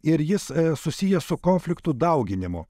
ir jis susijęs su konfliktų dauginimu